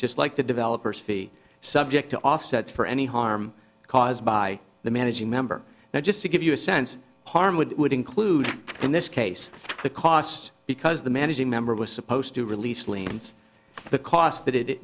just like the developer's fee subject to offsets for any harm caused by the managing member now just to give you a sense harm would would include in this case the costs because the managing member was supposed to release liens the cost